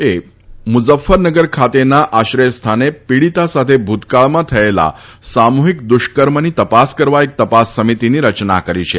એ મુઝફ્ફરનગર ખાતેના આશ્રય સ્થાને પીડીતા સાથે ભૂતકાળમાં થયેલા સામુહિક દુષ્કર્મની તપાસ કરવા એક તપાસ સમિતિની રચના કરી છે